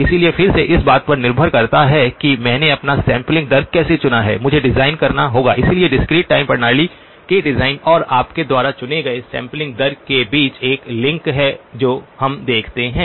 इसलिए फिर से इस बात पर निर्भर करता है कि मैंने अपना सैंपलिंग दर कैसे चुना है मुझे डिजाइन करना होगा इसलिए डिस्क्रीट टाइम प्रणाली के डिजाइन और आपके द्वारा चुने गए सैंपलिंग दर के बीच एक लिंक है जो हम देखते हैं